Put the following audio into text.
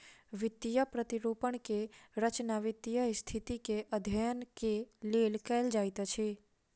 वित्तीय प्रतिरूपण के रचना वित्तीय स्थिति के अध्ययन के लेल कयल जाइत अछि